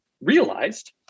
realized